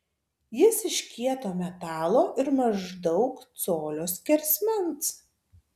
jis iš kieto metalo ir maždaug colio skersmens